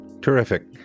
Terrific